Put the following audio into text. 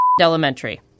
elementary